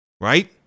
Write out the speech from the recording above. Right